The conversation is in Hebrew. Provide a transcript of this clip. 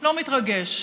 לא מתרגש.